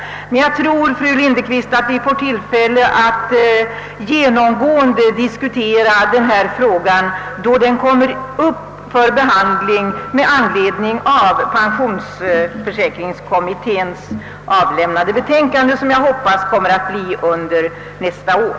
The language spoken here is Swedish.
Jag tror, fru Lindekvist, att vi får tillfälle att grundligt diskutera denna fråga då den kommer upp till behandling med anledning av pensionsförsäkringskommitténs betänkande, som jag hoppas kommer att avlämnas under nästa år.